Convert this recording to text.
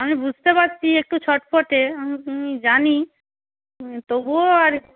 আমি বুঝতে পারছি একটু ছটফটে আমি জানি তবুও আর